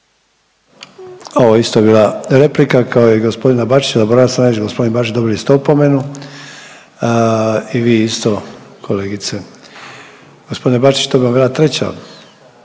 Ovo je isto bila replika, kao i g. Bačića. Zaboravio sam reći, g. Bačić, dobili ste opomenu i vi isto kolegice. G. Bačić, to bi vam bila treća.